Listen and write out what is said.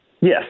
Yes